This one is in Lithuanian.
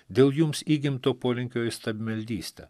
dėl jums įgimto polinkio į stabmeldystę